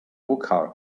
hookah